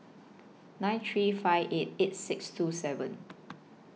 nine three five eight eight six two seven